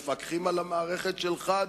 מפקחים על המערכת שלך,